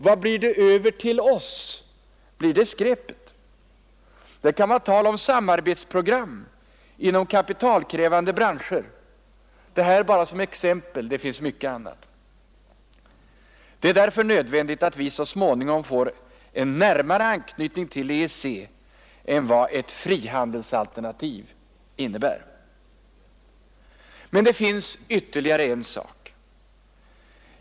Vad blir det över till oss? Blir det skräpet? Det kan vara tal om samarbetsprogram inom kapitalkrävande branscher. Det här är bara exempel — det finns mycket annat. Det är därför nödvändigt att vi så småningom får en närmare anknytning till EEC än vad ett frihandelsalternativ innebär. Men det finns ytterligare en sak.